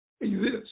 exist